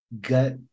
gut